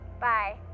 Bye